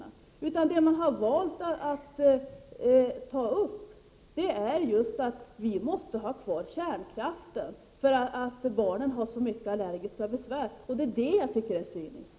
I stället har man valt att göra uttalanden om att vi måste ha kvar kärnkraften, med hänvisning till att barnen har mycket stora allergiska besvär. Det är det resonemanget som jag tycker är så cyniskt.